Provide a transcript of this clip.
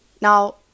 Now